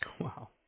Wow